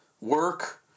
work